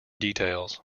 details